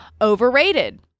Overrated